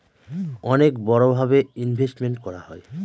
অনেক বড়ো ভাবে ইনভেস্টমেন্ট করা হয়